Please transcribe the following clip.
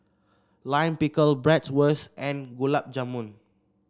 Lime Pickle Bratwurst and Gulab Jamun